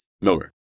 Miller